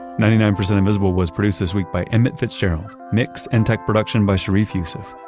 ninety nine percent invisible was produced this week by emmett fitzgerald. mix and tech production by sharif youssef.